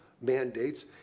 mandates